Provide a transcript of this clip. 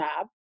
job